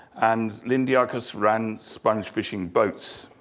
and lindiakos ran sponge fishing boats.